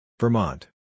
Vermont